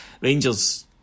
Rangers